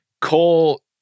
Cole